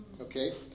Okay